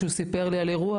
כשהוא סיפר לי על איזה אירוע,